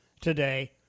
today